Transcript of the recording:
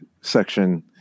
section